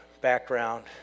background